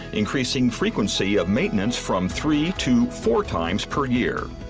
increasing frequency of maintenance from three to four times per year.